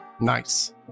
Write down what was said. Nice